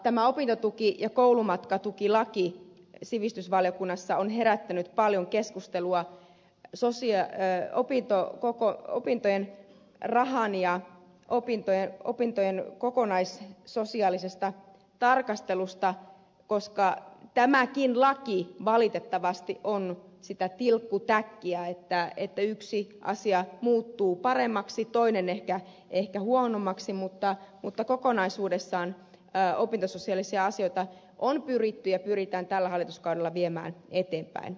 tämä opintotuki ja koulumatkatukilaki sivistysvaliokunnassa on herättänyt paljon keskustelua koko opintorahan ja opintojen kokonaissosiaalisesta tarkastelusta koska tämäkin laki valitettavasti on sitä tilkkutäkkiä että yksi asia muuttuu paremmaksi toinen ehkä huonommaksi mutta kokonaisuudessaan opintososiaalisia asioita on pyritty ja pyritään tällä hallituskaudella viemään eteenpäin